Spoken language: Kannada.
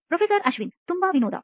ಪ್ರೊಫೆಸರ್ ಅಶ್ವಿನ್ ತುಂಬಾ ವಿನೋದ